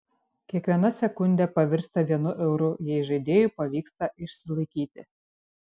kiekviena sekundė pavirsta vienu euru jei žaidėjui pavyksta išsilaikyti